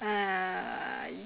uh